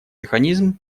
механизм